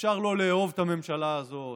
אפשר לא לאהוב את הממשלה הזאת,